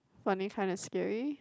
funny kind of scary